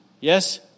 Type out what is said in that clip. Yes